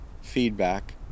feedback